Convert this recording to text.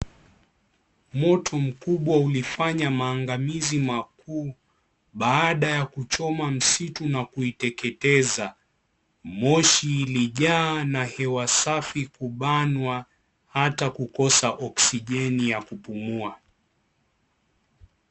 Moto mkubwa ulifanya maangamizi makubwa ,baada ya kuchoma msitu na kuuteketeza . Moshi ilijaa na hewa safi kubanwa, hata kukosa oxijeni ya kupumua.